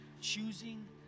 Choosing